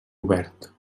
obert